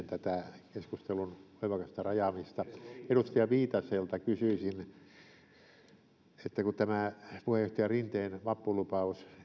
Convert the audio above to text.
tätä keskustelun voimakasta rajaamista edustaja viitaselta kysyisin kun puheenjohtaja rinteen vappulupaus